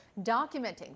documenting